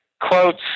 quotes